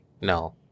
no